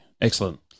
excellent